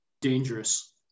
Dangerous